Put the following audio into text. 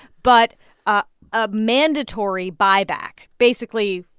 but ah a mandatory buyback basically,